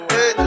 Hey